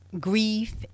grief